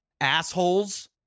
assholes